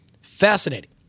Fascinating